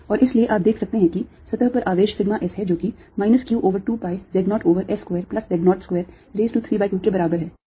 और इसलिए आप देख सकते हैं कि सतह पर आवेश sigma S है जो कि minus q over 2 pi z 0 over s square plus z 0 square raise to 3 by 2 के बराबर है